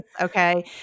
Okay